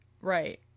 Right